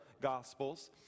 Gospels